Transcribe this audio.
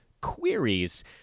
Queries